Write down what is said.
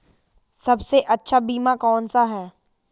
सबसे अच्छा बीमा कौनसा है?